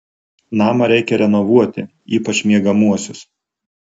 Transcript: namą reikia renovuoti ypač miegamuosius